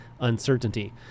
uncertainty